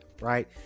right